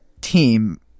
team